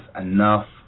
enough